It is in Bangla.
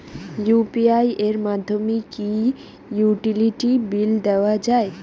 ইউ.পি.আই এর মাধ্যমে কি ইউটিলিটি বিল দেওয়া যায়?